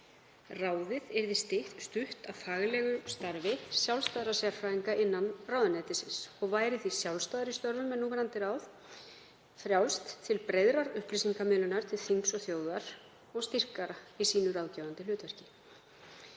Ráðið yrði stutt af faglegu starfi sjálfstæðra sérfræðinga innan ráðuneytisins og væri því sjálfstæðara í störfum en núverandi ráð, frjálsara til breiðari upplýsingamiðlunar til þings og þjóðar og styrkara í sínu ráðgefandi hlutverki.